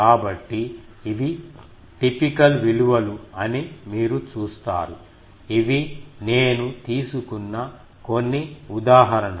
కాబట్టి ఇవి టిపికల్ విలువలు అని మీరు చూస్తారు ఇవి నేను తీసుకున్న కొన్ని ఉదాహరణలు